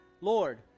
Lord